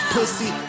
Pussy